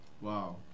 Wow